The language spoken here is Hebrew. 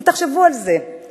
תחשבו על זה,